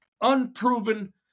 unproven